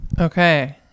Okay